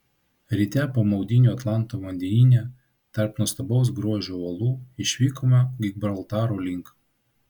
ryte po maudynių atlanto vandenyne tarp nuostabaus grožio uolų išvykome gibraltaro link